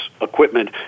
equipment